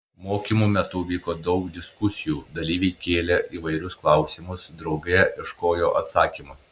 mokymų metu vyko daug diskusijų dalyviai kėlė įvairius klausimus drauge ieškojo atsakymų